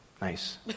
Nice